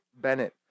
Bennett